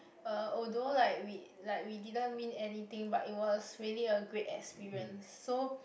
uh although like we like we didn't win anything but it was really a great experience so